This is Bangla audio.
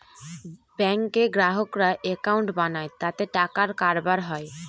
ব্যাঙ্কে গ্রাহকরা একাউন্ট বানায় তাতে টাকার কারবার হয়